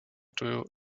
tuju